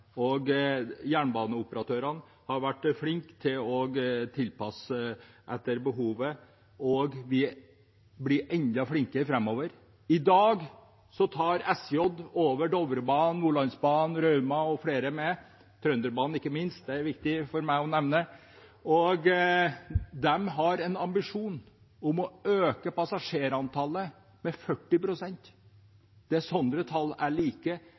passasjerer. Jernbaneoperatørene har vært flinke til å tilpasse etter behovet, og de blir enda flinkere framover. I dag tar SJ over Dovrebanen, Nordlandsbanen, Raumabanen og flere med – Trønderbanen, ikke minst, det er viktig for meg å nevne. De har en ambisjon om å øke passasjerantallet med 40 pst. Det er slike tall jeg liker å høre fra jernbanesiden. I dag er